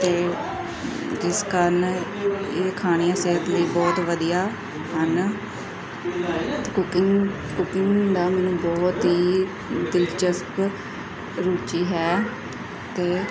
ਅਤੇ ਜਿਸ ਕਾਰਨ ਇਹ ਖਾਣੀਆਂ ਸਿਹਤ ਲਈ ਬਹੁਤ ਵਧੀਆ ਹਨ ਕੁਕਿੰਗ ਕੁਕਿੰਗ ਦਾ ਮੈਨੂੰ ਬਹੁਤ ਹੀ ਦਿਲਚਸਪ ਰੁਚੀ ਹੈ ਅਤੇ